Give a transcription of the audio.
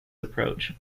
approach